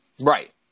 right